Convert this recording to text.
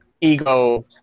ego